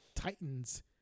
titans